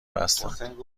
بستند